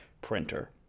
printer